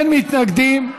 אין מתנגדים,